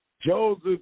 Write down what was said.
Joseph